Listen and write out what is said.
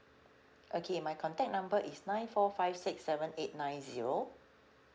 okay my contact number is nine four five six seven eight nine zero